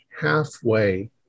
halfway